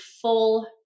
full